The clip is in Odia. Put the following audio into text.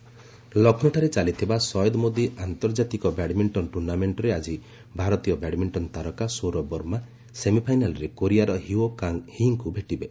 ବ୍ୟାଡ୍ମିଣ୍ଟନ ଲକ୍ଷ୍ରୌଠାରେ ଚାଲିଥିବା ସୟଦ ମୋଦୀ ଆନ୍ତର୍ଜାତିକ ବ୍ୟାଡ୍ମିଣ୍ଟନ ଟ୍ରର୍ଣ୍ଣାମେଣ୍ଟରେ ଆଜି ଭାରତୀୟ ବ୍ୟାଡମିଣ୍ଟନ ତାରକା ସୌରଭ ବର୍ମା ସେମିଫାଇନାଲ୍ରେ କୋରିଆର ହିଓ କ୍ୱାଙ୍ଗ୍ ହିଙ୍କୁ ଭେଟିବେ